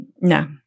No